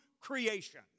creation